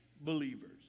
believers